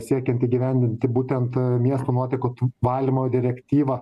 siekiant įgyvendinti būtent miesto nuotekų valymo direktyvą